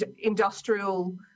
industrial